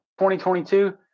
2022